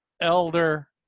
Elder